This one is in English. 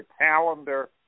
calendar